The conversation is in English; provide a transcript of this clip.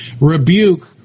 rebuke